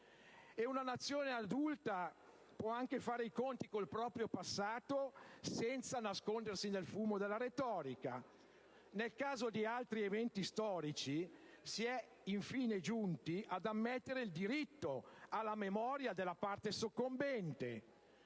una Nazione adulta può anche fare i conti con il proprio passato senza nascondersi nel fumo della retorica. Nel caso di altri eventi storici, si è infine giunti ad ammettere il diritto alla memoria della parte soccombente.